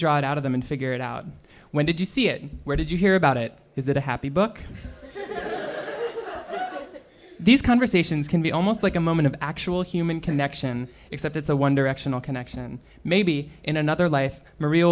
drop out of them and figure it out when did you see it where did you hear about it is that a happy book these conversations can be almost like a moment of actual human connection except it's a one directional connection maybe in another life maria